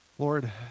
Lord